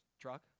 truck